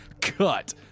cut